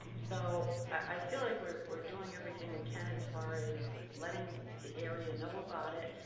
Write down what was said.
so i feel like we're doing everything we can as far as letting the area know about it.